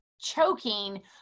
choking